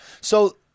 So-